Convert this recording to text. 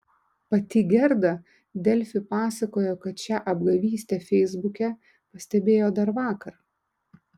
pati gerda delfi pasakojo kad šią apgavystę feisbuke pastebėjo dar vakar